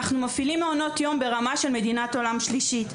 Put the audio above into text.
אנחנו מפעילים מעונות יום ברמה של מדינת עולם שלישי.